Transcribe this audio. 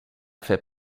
fait